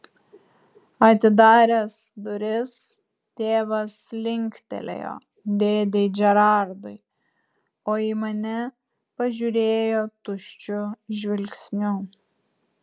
atidaręs duris tėvas linktelėjo dėdei džerardui o į mane pažiūrėjo tuščiu žvilgsniu